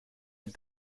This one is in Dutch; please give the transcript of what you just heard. het